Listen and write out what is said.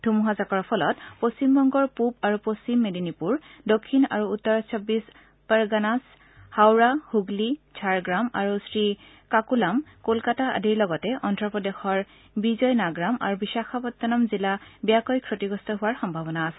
ধুমুহাজাকৰ ফলত পশ্চিমবংগৰ পূব আৰু পশ্চিম মেদিনীপুৰ দক্ষিণ আৰু উত্তৰ ছবিবশ পাৰগানাজ হাওৰা হুগলী ঝাৰগ্ৰাম আৰু শ্ৰীকাকোলাম কলকাতা আদিৰ লগতে অন্ধপ্ৰদেশৰ বিজয়নাগৰম আৰু বিশাখাপট্টনম জিলা আজি বেয়াকৈ ক্ষতিগ্ৰস্ত হোৱাৰ সম্ভাৱনা আছে